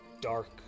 dark